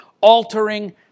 altering